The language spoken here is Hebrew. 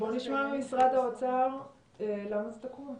בוא נשמע את משרד האוצר למה זה תקוע.